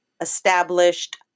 established